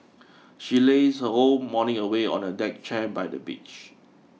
she lazed her whole morning away on a deck chair by the beach